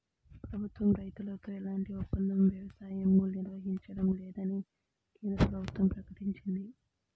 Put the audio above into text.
ప్రభుత్వం రైతులతో ఎలాంటి ఒప్పంద వ్యవసాయమూ నిర్వహించడం లేదని కేంద్ర ప్రభుత్వం ప్రకటించింది